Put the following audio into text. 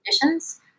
conditions